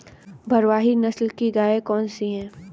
भारवाही नस्ल की गायें कौन सी हैं?